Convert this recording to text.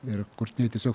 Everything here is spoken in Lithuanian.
ir kurtiniai tiesiog